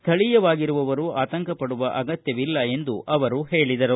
ಸ್ವಳೀಯವಾಗಿರುವವರು ಆತಂಕ ಪಡುವ ಅಗತ್ತವಿಲ್ಲ ಎಂದು ಅವರು ಹೇಳದರು